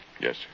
Yes